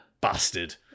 bastard